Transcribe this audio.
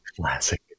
classic